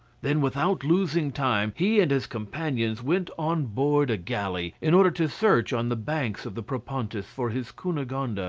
then without losing time, he and his companions went on board a galley, in order to search on the banks of the propontis for his cunegonde, ah